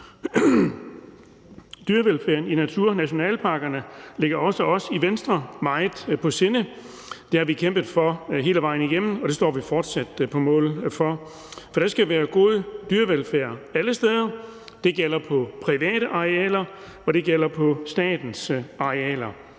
Dyrevelfærden i naturnationalparkerne ligger også os i Venstre meget på sinde. Det har vi kæmpet for hele vejen igennem, og det står vi fortsat på mål for, for der skal være god dyrevelfærd alle steder. Det gælder på private arealer, og det gælder på statens arealer.